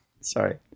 sorry